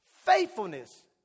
Faithfulness